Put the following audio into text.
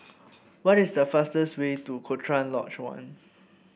what is the fastest way to Cochrane Lodge One